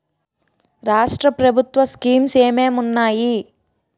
రాష్ట్రం ప్రభుత్వ స్కీమ్స్ ఎం ఎం ఉన్నాయి?